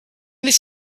this